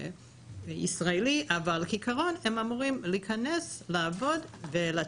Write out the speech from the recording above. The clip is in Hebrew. ישראלי אבל כעיקרון הם אמורים להיכנס לעבוד ולצאת.